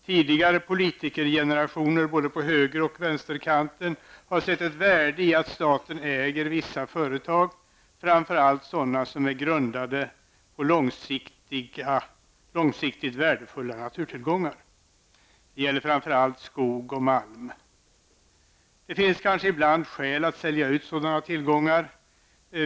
Tidigare politikergenerationer både på höger och vänsterkanten har sett ett värde i att staten äger vissa företag, framför allt sådana som är grundade på långsiktigt värdefulla naturtillgångar. Det gäller framför allt skog och malm. Det finns kanske ibland skäl att sälja ut sådana tillgångar.